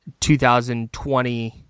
2020